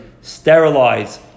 sterilize